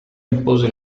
impose